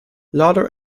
lauder